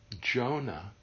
Jonah